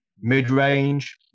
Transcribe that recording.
mid-range